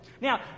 Now